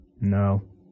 No